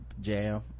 jam